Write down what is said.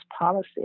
policy